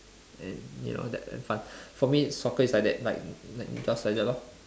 and you know that fun for me soccer is like that like like just like that lor